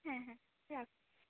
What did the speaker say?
হ্যাঁ হ্যাঁ রাখছি